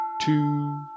two